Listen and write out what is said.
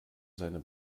seine